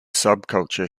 subculture